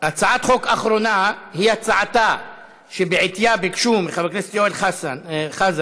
הצעת החוק האחרונה היא ההצעה שבעטייה ביקשו מחבר הכנסת יואל חזן,